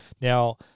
now